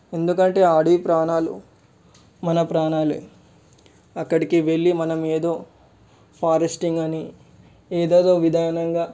ఎందుకంటే అడవిప్రాణాలు మనప్రాణాలే అక్కడకి వెళ్ళి మనము ఏదో ఫారెస్టింగ్ అని ఏదేదో విధానంగా